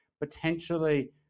potentially